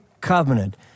covenant